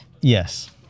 Yes